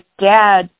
dad